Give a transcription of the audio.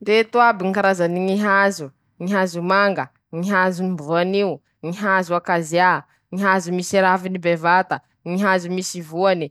Ñy karazany ñy voro aminy ñy firene misy ahy, laha araky ñy hevitsiko, aminy ñy vinavina avao: -Mety añy aminy ñy telonjato hatraminy